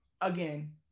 again